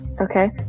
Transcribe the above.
Okay